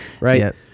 right